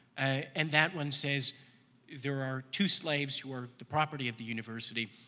and that one says there are two slaves who are the property of the university.